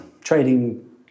trading